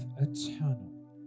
eternal